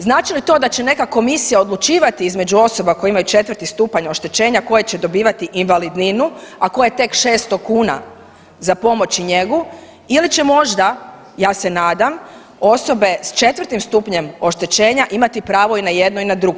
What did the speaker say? Znači li to da će neka komisija odlučivati između osoba koje imaju četvrti stupanj oštećenja koje će dobivati invalidninu, a koje je tek 600 kuna za pomoć i njegu ili će možda ja se nadam osobe s 4 stupnjem oštećenja imati pravo i na jedno i na drugo.